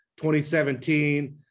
2017